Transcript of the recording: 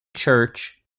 church